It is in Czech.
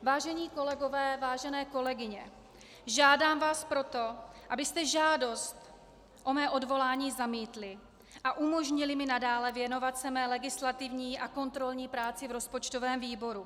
Vážení kolegové, vážené kolegyně, žádám vás proto, abyste žádost o mé odvolání zamítli a umožnili mi nadále věnovat se své legislativní a kontrolní práci v rozpočtovém výboru.